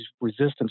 resistance